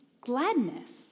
gladness